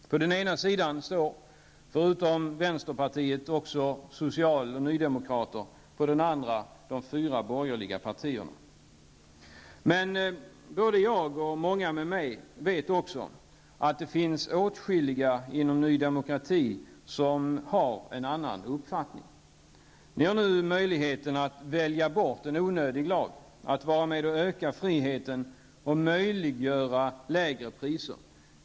På den ena sidan står förutom vänsterpartiet också social och nydemokrater, på den andra de fyra borgerliga partierna. Men både jag och många med mig vet också att det finns åtskilliga inom Ny Demokrati som har en annan uppfattning än partiets officiella. Ni har nu möjlighet att välja bort en onödig lag, att vara med och öka friheten och möjliggöra lägre priser.